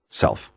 self